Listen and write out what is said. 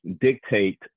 dictate